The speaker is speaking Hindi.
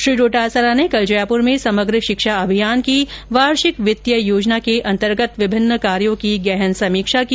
श्री डोटासरा ने कल जयपुर में समग्र शिक्षा अभियान की वार्षिक वित्तीय योजना के अंतर्गत विभिन्न कार्यो की गहन समीक्षा की